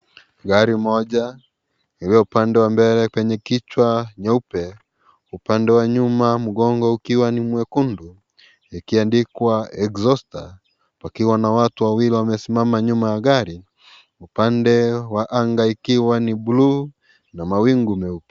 Gari moja iliyo upande wa mbele penye kichwa nyeupe, upande wa nyuma mgongo ukiwa ni mwekundu ikiandikwa Exhauster pakiwa na watu wawili wamesimama nyuma ya gari. Upande wa anga ikiwa ni bluu na mawingu meupe.